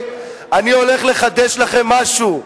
אני הולך לחדש לכם משהו: